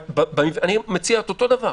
אני מציע אותו דבר.